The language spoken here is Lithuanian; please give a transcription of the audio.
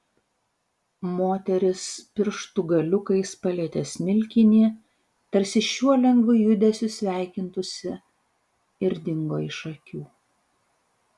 moteris pirštų galiukais palietė smilkinį tarsi šiuo lengvu judesiu sveikintųsi ir dingo iš akių